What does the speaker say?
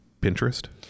Pinterest